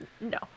No